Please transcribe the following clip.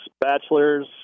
bachelors